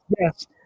yes